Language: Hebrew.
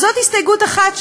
אז זאת הסתייגות אחת,